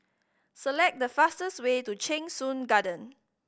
select the fastest way to Cheng Soon Garden